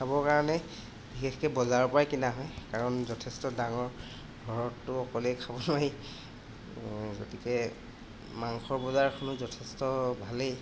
খাবৰ কাৰণে বিশেষকৈ বজাৰৰ পৰাই কিনা হয় কাৰণ যথেষ্ট ডাঙৰ ঘৰততো অকলেই খাব নোৱাৰি গতিকে মাংসৰ বজাৰখনো যথেষ্ট ভালেই